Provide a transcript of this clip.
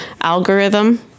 algorithm